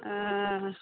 ओ